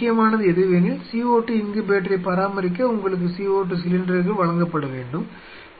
முக்கியமானது எதுவெனில் CO2 இன்குபேட்டரைப் பராமரிக்க உங்களுக்கு CO2 சிலிண்டர்கள் வழங்கப்பட வேண்டும்